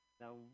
Now